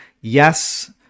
Yes